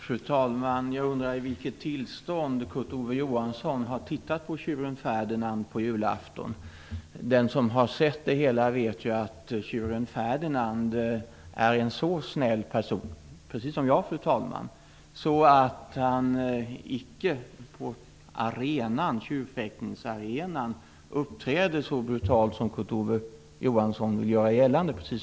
Fru talman! Jag undrar i vilket tillstånd Kurt Ove Johansson har varit i när han har titta på tjuren Ferdinand på julafton. Den som har sett det hela vet ju att tjuren Ferdinand är mycket snäll, precis som jag, fru talman. Han uppträder därför inte så brutalt på tjurfäktningsarenan, precis som jag här i kammaren, som Kurt Ove Johansson vill göra gällande.